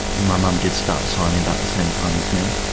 my mum did start signing about the same time as me.